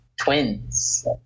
twins